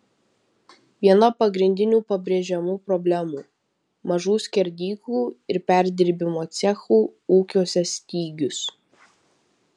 viena pagrindinių pabrėžiamų problemų mažų skerdyklų ir perdirbimo cechų ūkiuose stygius